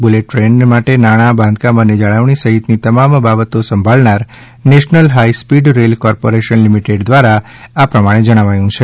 bullet train માટે નાણાં બાંધકામ અને જાળવણી સહિતની તમામ બાબતો સંભાળનાર national high speed rail corporation limited દ્વારા આ પ્રમાણે જણાવાયું છે